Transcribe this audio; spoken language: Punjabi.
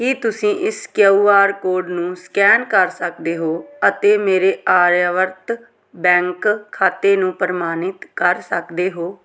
ਕੀ ਤੁਸੀਂਂ ਇਸ ਕਯੂ ਆਰ ਕੋਡ ਨੂੰ ਸਕੈਨ ਕਰ ਸਕਦੇ ਹੋ ਅਤੇ ਮੇਰੇ ਆਰਿਆਵਰਤ ਬੈਂਕ ਖਾਤੇ ਨੂੰ ਪ੍ਰਮਾਣਿਤ ਕਰ ਸਕਦੇ ਹੋ